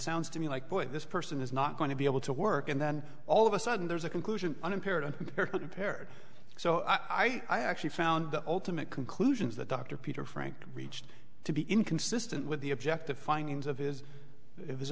sounds to me like boy this person is not going to be able to work and then all of a sudden there's a conclusion unimpaired paired so i actually found the ultimate conclusions that dr peter frank reached to be inconsistent with the objective findings of his